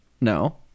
No